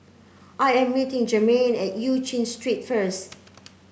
I am meeting Jermain at Eu Chin Street first